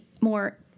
more